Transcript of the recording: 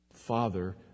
Father